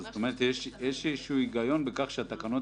זאת אומרת שיש איזה היגיון בכך שהתקנות